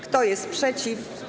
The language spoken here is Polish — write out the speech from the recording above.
Kto jest przeciw?